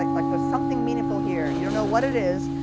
like like there's something meaningful here. you don't know what it is,